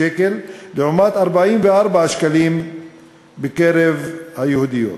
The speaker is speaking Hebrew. לעומת 44 שקלים בקרב היהודיות.